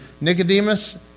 Nicodemus